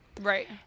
Right